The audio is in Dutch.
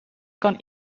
kan